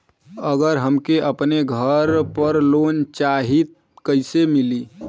अगर हमके अपने घर पर लोंन चाहीत कईसे मिली?